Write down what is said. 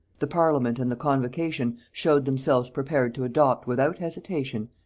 the parliament and the convocation showed themselves prepared to adopt, without hesitation,